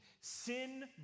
sin